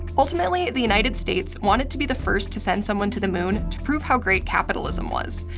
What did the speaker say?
ultimately the united states wanted to be the first to send someone to the moon to prove how great capitalism was.